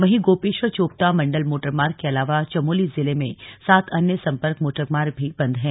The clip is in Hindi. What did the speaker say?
वहीं गोपोश्वर चोपता मंडल मोटर मार्ग के अलावा चमोली जिले में सात अन्य संपर्क मोटर मार्ग भी बंद हैं